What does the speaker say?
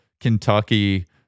Kentucky